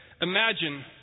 imagine